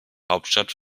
hauptstadt